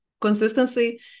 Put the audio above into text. consistency